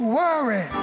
worry